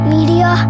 Media